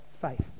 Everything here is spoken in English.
faith